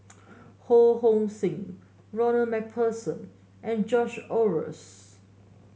Ho Hong Sing Ronald MacPherson and George Oehlers